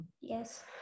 Yes